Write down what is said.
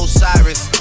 Osiris